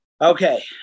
Okay